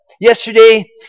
Yesterday